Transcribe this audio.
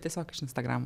tiesiog iš instagram